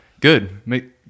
Good